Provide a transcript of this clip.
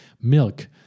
milk